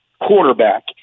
quarterback